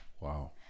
Wow